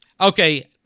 Okay